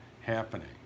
happening